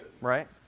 right